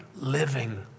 living